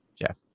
Jeff